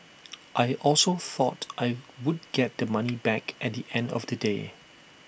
I also thought I would get the money back at the end of the day